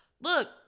look